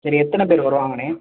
சரி எத்தனை பேர் வருவாங்கண்ணே